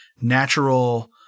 natural